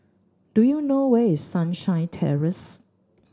do you know where is Sunshine Terrace